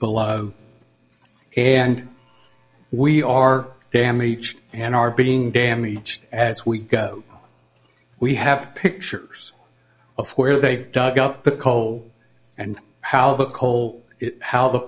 evidence and we are damage and are being damaged as we go we have pictures of where they dug up the coal and how the coal how the